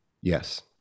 yes